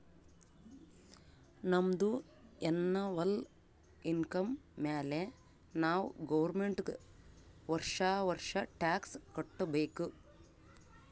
ನಮ್ದು annual income ಮ್ಯಾಲೆ ನಾವ್ ಗೌರ್ಮೆಂಟ್ಗ್ ವರ್ಷಾ ವರ್ಷಾ ಟ್ಯಾಕ್ಸ್ ಕಟ್ಟಬೇಕ್